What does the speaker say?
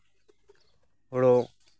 ᱦᱳᱲᱳ